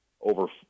over